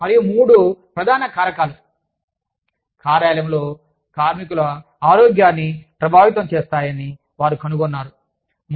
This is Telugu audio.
మరియు మూడు ప్రధాన కారకాలు కార్యాలయంలో కార్మికుల ఆరోగ్యాన్ని ప్రభావితం చేస్తాయని వారు కనుగొన్నారు